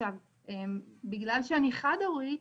עכשיו בגלל שאני חד הורית,